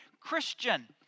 Christian